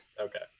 Okay